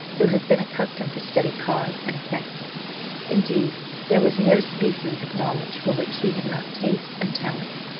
who has been accustomed to study cause and effect indeed there was no species of knowledge for which he had not taste and talents,